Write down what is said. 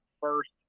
first